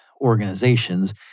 organizations